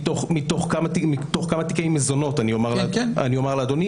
אני אומר לאדוני